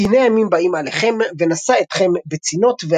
כי הנה ימים באים עליכם; ונשא אתכם בצנות,